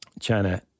china